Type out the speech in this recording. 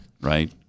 right